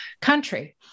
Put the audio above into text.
country